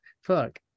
Fuck